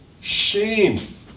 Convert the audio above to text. shame